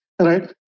right